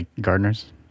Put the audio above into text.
gardeners